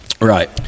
Right